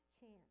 chance